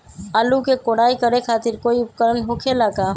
आलू के कोराई करे खातिर कोई उपकरण हो खेला का?